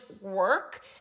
work